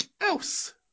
else